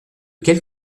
quelle